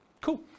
Cool